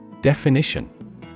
Definition